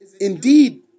Indeed